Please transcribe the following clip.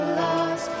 lost